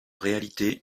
réalité